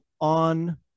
on